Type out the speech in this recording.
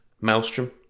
Maelstrom